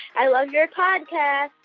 i love your podcast.